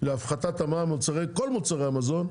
להפחת המע"מ במוצרי המזון,